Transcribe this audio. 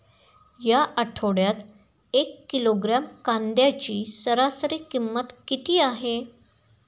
या आठवड्यात एक किलोग्रॅम कांद्याची सरासरी किंमत किती आहे?